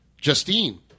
Justine